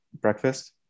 breakfast